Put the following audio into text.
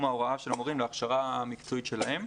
ההוראה של המורים להכשרה מקצועית שלהם.